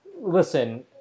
Listen